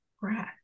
breath